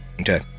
Okay